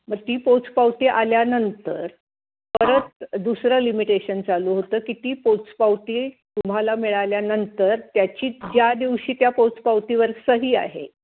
मग ती पोचपावती आल्यानंतर परत दुसरं लिमिटेशन चालू होतं की ती पोचपावती तुम्हाला मिळाल्यानंतर त्याची ज्या दिवशी त्या पोचपावतीवर सही आहे